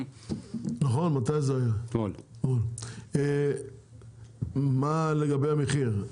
מה לגבי המחיר?